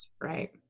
right